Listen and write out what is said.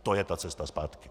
To je ta cesta zpátky.